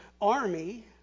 army